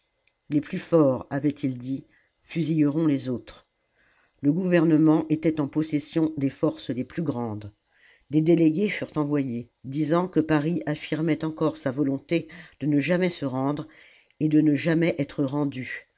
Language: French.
les plus forts avait-il dit fusilleront les autres le gouvernement était en possession des forces les plus grandes des délégués furent envoyés disant que paris affirmait encore sa volonté de ne jamais se rendre et de ne jamais être rendu